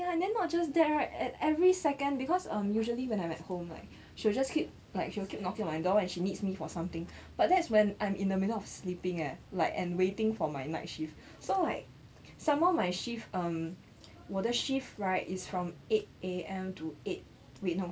ya then not just that right at every second because um usually when I'm at home like she'll just keep like she'll keep knocking on my door when she needs me for something but that's when I'm in the middle of sleeping leh like and waiting for my night shift so like some more my shift um 我的 shift right is from eight A_M to eight wait no